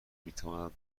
میتواند